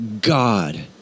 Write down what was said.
God